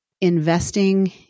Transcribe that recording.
investing